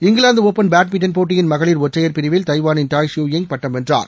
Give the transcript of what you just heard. England open badminton போட்டியின் மகளிர் ஒற்றையர் பிரிவில் தைவானின்டாய் ட்ஸு யிங் பட்டம் வென்றார்